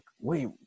wait